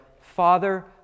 Father